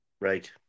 Right